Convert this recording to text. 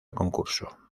concurso